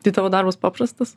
tai tavo darbas paprastas